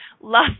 love